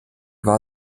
war